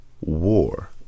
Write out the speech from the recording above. War